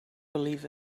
believe